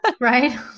Right